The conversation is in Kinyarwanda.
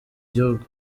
gihugu